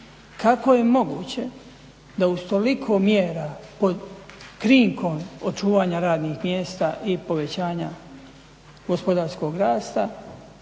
Kako je moguće da uz toliko mjera pod krinkom očuvanja radnih mjesta i povećanja gospodarskog rasta